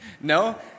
No